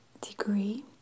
degree